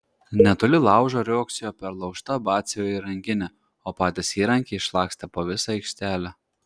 netoli laužo riogsojo perlaužta batsiuvio įrankinė o patys įrankiai išlakstę po visą aikštelę